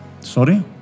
Sorry